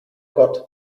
gott